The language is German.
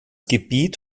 gebiet